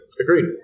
Agreed